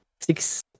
six